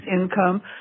income